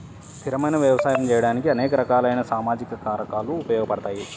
స్థిరమైన వ్యవసాయం చేయడానికి అనేక రకాలైన సామాజిక కారకాలు ఉపయోగపడతాయి